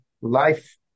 life